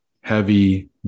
heavy